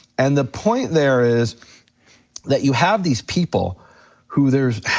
and the point there is that you have these people who there's,